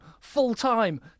full-time